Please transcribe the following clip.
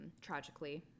tragically